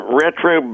retro